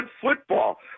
football